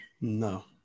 No